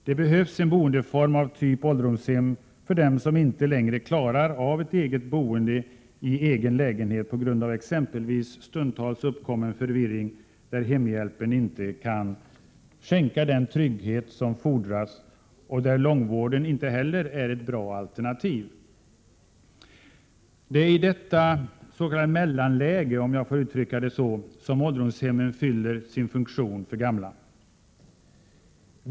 Det behövs en boendeform av typ ålderdomshem för dem som inte längre klarar av ett eget boende i egen lägenhet på grund av exempelvis stundtals uppkommen förvirring, där hemhjälpen inte kan skänka den trygghet som fordras, och där långvården inte heller är ett bra alternativ. Det är i detta ”mellanläge” — om jag får uttrycka det så — som ålderdomshemmen fyller sin funktion för gamla.